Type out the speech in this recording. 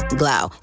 glow